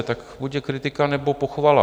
Tak buď je kritika, nebo pochvala.